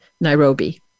nairobi